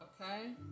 Okay